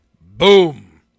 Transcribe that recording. boom